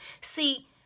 See